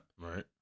Right